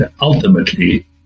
ultimately